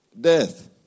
Death